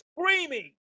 screaming